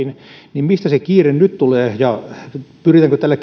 joten mistä se kiire nyt tulee pyritäänkö tällä